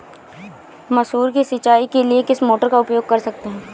मसूर की सिंचाई के लिए किस मोटर का उपयोग कर सकते हैं?